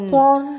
four